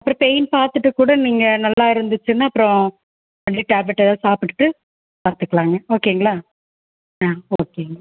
அப்புறோம் பெய்ன் பார்த்துட்டு கூட நீங்கள் நல்லா இருந்துச்சுன்னா அப்புறோம் வந்து டேப்லெட் எதாவது சாப்பிட்டு பார்த்துக்கலாங்க ஓகேங்களா ஆ ஓகேங்க